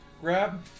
grab